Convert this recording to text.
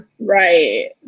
Right